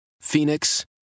Phoenix